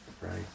right